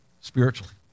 spiritually